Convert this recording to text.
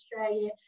Australia